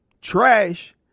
trash